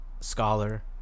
scholar